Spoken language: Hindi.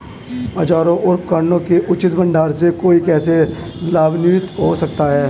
औजारों और उपकरणों के उचित भंडारण से कोई कैसे लाभान्वित हो सकता है?